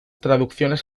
traducciones